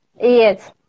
yes